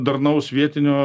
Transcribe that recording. darnaus vietinio